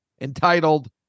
entitled